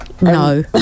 No